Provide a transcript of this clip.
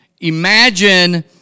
imagine